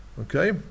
Okay